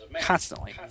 constantly